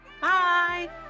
Bye